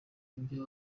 n’ibyo